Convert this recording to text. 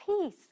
peace